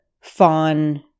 fawn